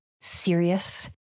serious